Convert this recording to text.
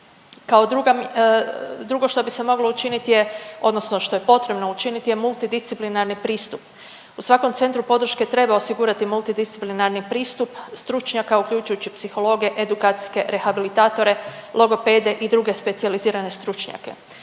drugo što bi se moglo učinit je odnosno što je potrebno učinit je multidisciplinarni pristup. U svakom centru podrške treba osigurati multidisciplinarni pristup stručnjaka uključujući psihologe, edukacijske rehabilitatore, logopede i druge specijalizirane stručnjake.